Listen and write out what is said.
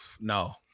No